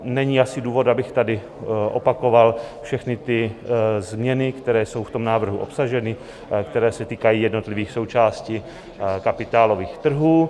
Není asi důvod, abych tady opakoval všechny změny, které jsou v návrhu obsaženy, které se týkají jednotlivých součástí kapitálových trhů.